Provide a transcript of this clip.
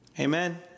Amen